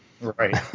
Right